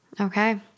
Okay